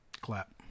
Clap